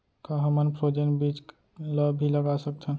का हमन फ्रोजेन बीज ला भी लगा सकथन?